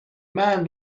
man